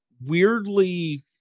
weirdly